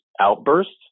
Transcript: outbursts